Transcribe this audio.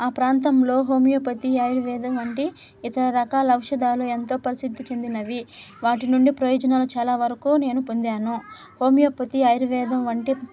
ఆ ప్రాంతంలో హోమియోపతి ఆయుర్వేదం వంటి ఇతర రకాల ఔషధాలు ఎంతో ప్రసిద్ధి చెందినవి వాటి నుండి ప్రయోజనాలు చాలా వరకు నేను పొందాను హోమియోపతి ఆయుర్వేదం వంటి